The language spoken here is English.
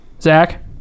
Zach